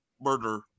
murder